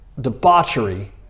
debauchery